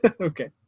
Okay